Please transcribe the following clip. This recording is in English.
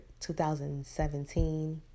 2017